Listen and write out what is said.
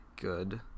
good